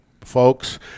folks